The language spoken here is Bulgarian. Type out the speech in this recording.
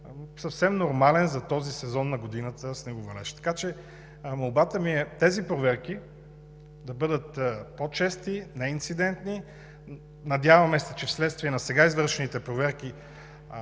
съвсем нормален за този сезон на годината снеговалеж. Така че молбата ми е тези проверки да бъдат по-чести, не инцидентни. Надяваме се, че вследствие на сега извършените проверки